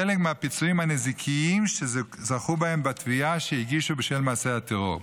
חלק מהפיצויים הנזיקיים שזכו בהם בתביעה שהגישו בשל מעשי הטרור,